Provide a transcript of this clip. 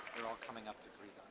they're all coming up to greet